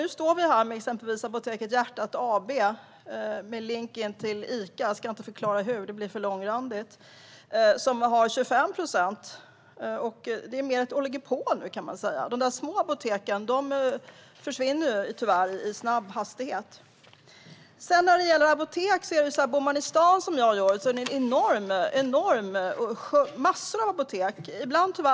Nu står vi här med exempelvis Apotek Hjärtat AB med en länk in till Ica - jag ska inte förklara hur; det blir för långrandigt - och som har 25 procent av marknaden. Det är mer ett oligopol nu. De små apoteken försvinner tyvärr i snabb takt. När det sedan gäller apotek är det ju så att den som bor i stan, som jag gör, har massor av apotek i närheten.